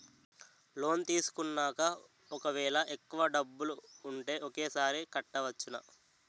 Loan తీసుకున్నాక ఒకవేళ ఎక్కువ డబ్బులు ఉంటే ఒకేసారి కట్టవచ్చున?